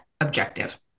objective